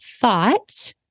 thought